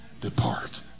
depart